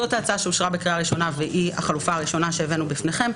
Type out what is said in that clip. זאת ההצעה שאושרה בקריאה ראשונה והיא החלופה הראשונה שהבאנו בפניכם.